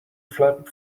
flap